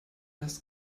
das